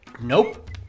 Nope